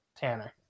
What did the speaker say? Tanner